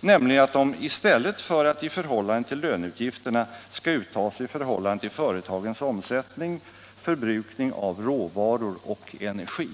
nämligen att de i stället för att uttas i förhållande till löneutgifterna skall uttas i förhållande till företagens omsättning samt förbrukning av råvaror och energi.